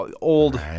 old